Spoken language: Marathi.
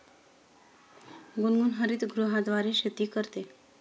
गुनगुन हरितगृहाद्वारे शेती करते